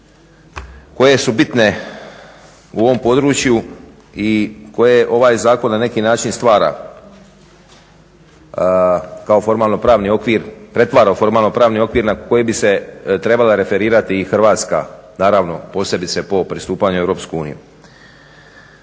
koje su bitne u ovom području i koje ovaj zakon na neki način stvara kao formalno pravni okvir, pretvara u formalno pravni okvir na koji bi se trebale referirati i Hrvatska, naravno i posebice po pristupanju u EU.